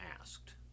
asked